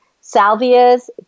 salvias